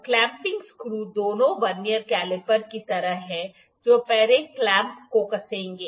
तो clamping screw दोनों vernier caliper की तरह हैं जो पहले क्लैंप को कसेंगे